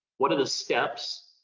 what are the steps?